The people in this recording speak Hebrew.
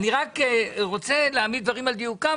אני רק רוצה להעמיד דברים על דיוקם,